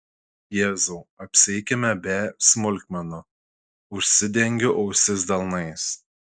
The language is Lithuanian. jėzau apsieikime be smulkmenų užsidengiu ausis delnais